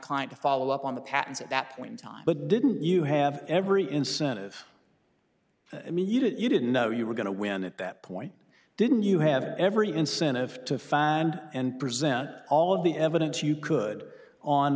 client to follow up on the patents at that point in time but didn't you have every incentive i mean you didn't you didn't know you were going to win at that point didn't you have every incentive to find and present all of the evidence you could on